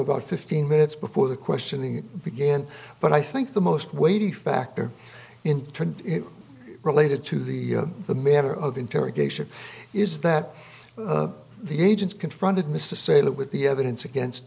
about fifteen minutes before the questioning began but i think the most weighty factor in related to the the manner of interrogation is that the agents confronted mr say that with the evidence against